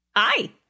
Hi